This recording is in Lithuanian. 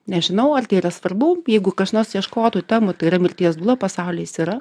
nežinau ar tai yra svarbu jeigu kas nors ieškotų temų tai yra mirties dula pasauly jis yra